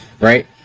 right